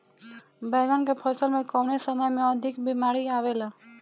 बैगन के फसल में कवने समय में अधिक बीमारी आवेला?